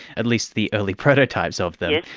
at least the early prototypes of them.